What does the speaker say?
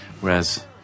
whereas